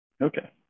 Okay